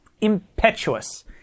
impetuous